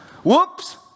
Whoops